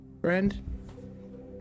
friend